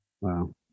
Wow